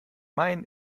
main